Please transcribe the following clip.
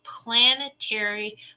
planetary